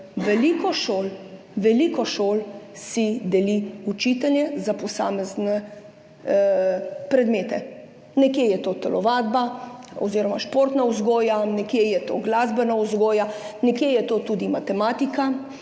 veliko šol si deli učitelje za posamezne predmete. Nekje je to telovadba oziroma športna vzgoja, nekje je to glasbena vzgoja, nekje je to tudi matematika,